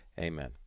Amen